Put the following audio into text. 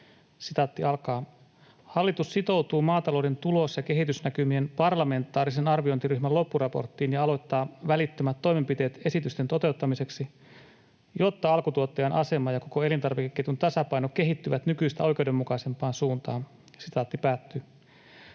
seuraavaa: ”Hallitus sitoutuu maatalouden tulos‑ ja kehitysnäkymien parlamentaarisen arviointiryhmän loppuraporttiin ja aloittaa välittömät toimenpiteet esitysten toteuttamiseksi, jotta alkutuottajan asema ja koko elintarvikeketjun tasapaino kehittyvät nykyistä oikeudenmukaisempaan suuntaan.” Mainitussa